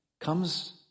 comes